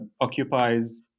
occupies